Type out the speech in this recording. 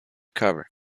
cover